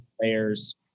layers